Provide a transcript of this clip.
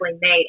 made